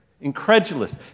incredulous